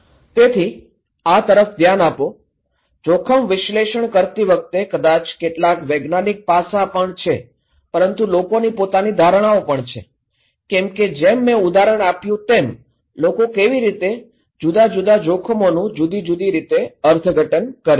તેથી આ તરફ ધ્યાન આપો જોખમ વિશ્લેષણ કરતી વખતે કદાચ કેટલાક વૈજ્ઞાનિક પાસાં પણ છે પરંતુ લોકોની પોતાની ધારણાઓ પણ છે કેમ કે જેમ મેં ઉદાહરણ આપ્યું તેમ લોકો કેવી રીતે જુદા જુદા જોખમોનું જુદી જુદી રીતે અર્થઘટન કરે છે